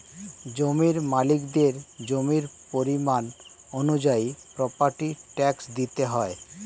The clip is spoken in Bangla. জমির মালিকদের জমির পরিমাণ অনুযায়ী প্রপার্টি ট্যাক্স দিতে হয়